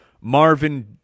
Marvin